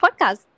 podcast